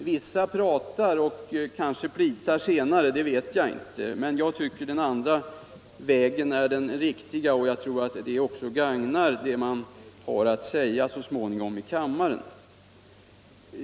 Vissa pratar och kanske plitar senare, men jag tycker att den andra vägen är den riktiga och jag tror att den också gagnar det man så småningom har att säga i kammaren.